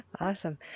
Awesome